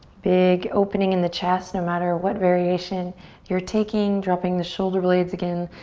big opening in the chest. no matter what variation you're taking dropping the shoulder blades again.